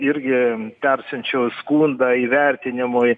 irgi persiunčiau skundą įvertinimui